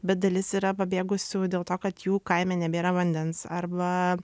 bet dalis yra pabėgusių dėl to kad jų kaime nebėra vandens arba